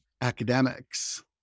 academics